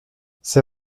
c’est